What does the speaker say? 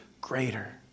greater